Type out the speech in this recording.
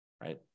right